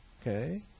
Okay